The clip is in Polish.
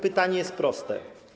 Pytanie jest proste.